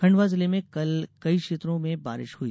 खंडवा जिले में कल कई क्षेत्रों में बारिश हुई